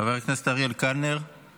חבר הכנסת אריאל קלנר,